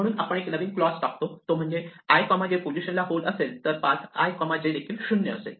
म्हणून आपण एक नवीन क्लॉज टाकतो तो म्हणजे i j पोझिशनला होल असेल तर पाथ i j देखील 0 असेल